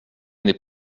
n’est